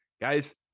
guys